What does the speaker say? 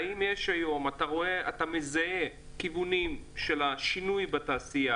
האם אתה מזהה היום כיוונים של שינוי בתעשייה?